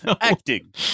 Acting